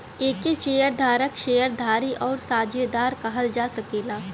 एके शेअर धारक, शेअर धारी आउर साझेदार कहल जा सकेला